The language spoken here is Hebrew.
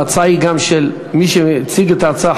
ההצעה היא גם של מי שהציג את ההצעה,